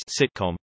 sitcom